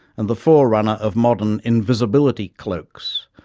and the forerunner of modern invisibility cloaks.